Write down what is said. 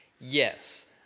yes